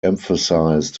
emphasized